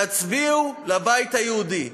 תצביעו לבית היהודי,